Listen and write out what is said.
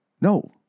No